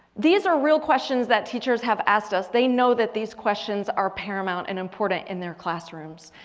these are real questions that teachers have asked us. they know that these questions are paramount and important in their classrooms.